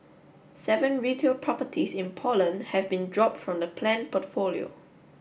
seven retail properties in Poland have been dropped from the planned portfolio